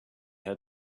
had